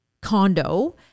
condo